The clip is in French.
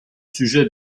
sujets